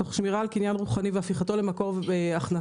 תוך שמירה והגנה על הקניין הרוחני והפיכתו למקור הכנסה.